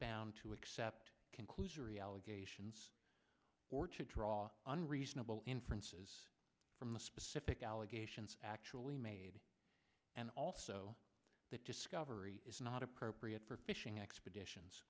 bound to accept conclusory allegations or to draw on reasonable inferences from the specific allegations actually made and also that discovery is not appropriate for fishing expeditions